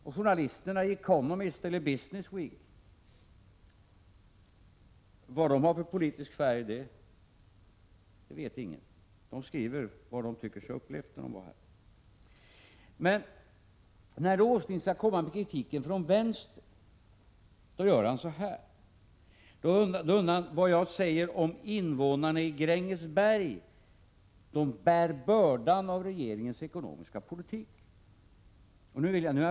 Och vilken politisk färg journalisterna hos The Economist och Business Week har vet ingen, utan de skriver vad de tycker sig ha upplevt när de var i Sverige. När Åsling skall komma med kritik från vänster, undrar han vad jag säger om invånarna i Grängesberg, som bär bördan av regeringens ekonomiska politik.